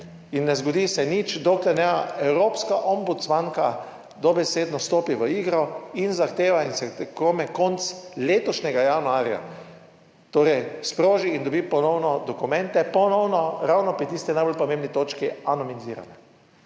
In ne zgodi se nič, dokler ne evropska ombudsmanka dobesedno vstopi v igro in zahteva in / nerazumljivo/ konec letošnjega januarja torej sproži in dobi ponovno dokumente, ponovno ravno pri tisti najbolj pomembni točki anonimizirane.